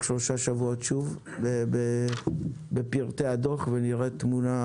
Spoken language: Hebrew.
שלושה שבועות שוב בפרטי הדוח ונראה תמונה